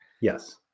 Yes